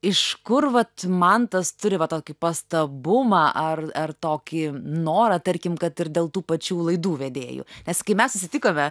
iš kur vat mantas turi va tokį pastabumą ar ar tokį norą tarkim kad ir dėl tų pačių laidų vedėjų nes kai mes susitikome